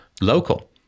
local